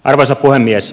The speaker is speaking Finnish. arvoisa puhemies